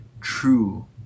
true